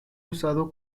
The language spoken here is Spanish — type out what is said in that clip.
usado